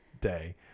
day